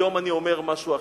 היום אני אומר משהו אחר.